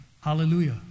hallelujah